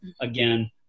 again